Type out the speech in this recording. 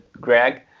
Greg